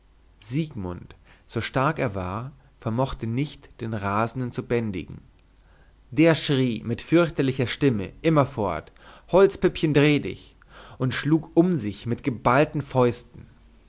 siegmund so stark er war vermochte nicht den rasenden zu bändigen der schrie mit fürchterlicher stimme immerfort holzpüppchen dreh dich und schlug um sich mit geballten fäusten